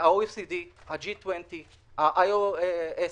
ה-OECD , ה-G20, ה-IOSP,